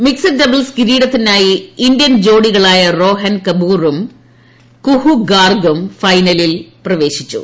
mixed doubles കിരീടത്തിനായി Indian ജോഡികളായ റോഹൻ കബൂറും കുഹുഗാർഗും ഫൈനലിൽ പ്രവേശിച്ചു